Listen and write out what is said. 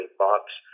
bucks